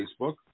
Facebook